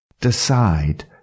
Decide